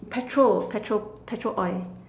petrol petrol petrol oil